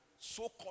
so-called